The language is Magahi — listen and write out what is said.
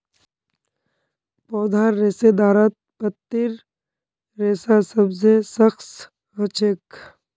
पौधार रेशेदारत पत्तीर रेशा सबसे सख्त ह छेक